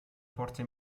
forze